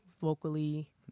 vocally